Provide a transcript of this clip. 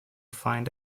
find